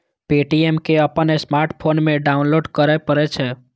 Paytm कें अपन smartphone मे डाउनलोड करय पड़ै छै